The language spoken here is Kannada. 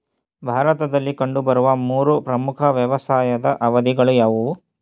ಭಾರತದಲ್ಲಿ ಕಂಡುಬರುವ ಮೂರು ಪ್ರಮುಖ ವ್ಯವಸಾಯದ ಅವಧಿಗಳು ಯಾವುವು?